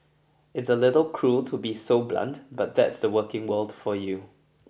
it's a little cruel to be so blunt but that's the working world for you